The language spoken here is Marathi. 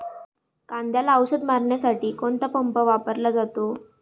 कांद्याला औषध मारण्यासाठी कोणता पंप वापरला जातो?